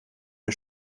der